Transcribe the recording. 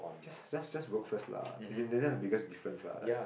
just just just work first lah as in the biggest difference lah like